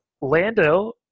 Lando